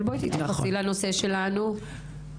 אבל בבקשה תתמקדי בנושא הדיון כי חשוב לי לתת מענה לאותן נשים.